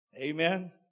Amen